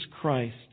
Christ